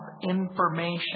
information